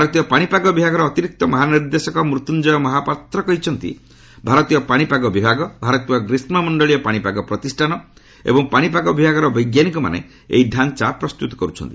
ଭାରତୀୟ ପାଣିପାଗ ବିଭାଗର ଅତିରିକ୍ତ ମହାନିର୍ଦ୍ଦେଶକ ମୃତ୍ୟୁଞ୍ଜୟ ମହାପାତ୍ର କହିଛନ୍ତି ଭାରତୀୟ ପାଣିପାଗ ବିଭାଗ ଭାରତୀୟ ଗ୍ରୀଷ୍କ ମଣ୍ଡଳିୟ ପାଣିପାଗ ପ୍ରତିଷ୍ଠାନ ଏବଂ ପାଣିପାଗ ବିଭାଗର ବୈଜ୍ଞାନିକମାନେ ଏହି ଢାଞ୍ଚା ପ୍ରସ୍ତୁତ କରୁଛନ୍ତି